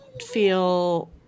feel